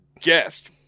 Guest